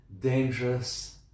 dangerous